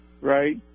right